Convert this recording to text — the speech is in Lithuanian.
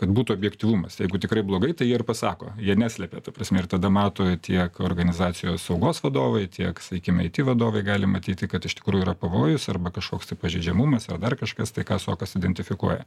kad būtų objektyvumas jeigu tikrai blogai tai jie ir pasako jie neslepia ta prasme ir tada mato tiek organizacijos saugos vadovai tiek sakykime it vadovai gali matyti kad iš tikrųjų yra pavojus arba kažkoks tai pažeidžiamumas ar dar kažkas tai kas o kas identifikuoja